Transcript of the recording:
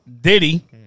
Diddy